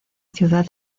ciudad